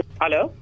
Hello